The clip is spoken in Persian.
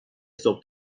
صبح